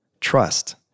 trust